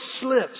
slips